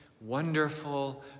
wonderful